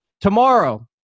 tomorrow